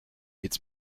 its